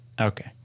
Okay